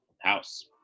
house